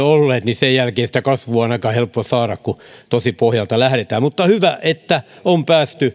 olleet niin sen jälkeen sitä kasvua on aika helppo saada kun tosi pohjalta lähdetään mutta hyvä että on päästy